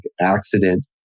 accident